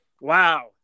Wow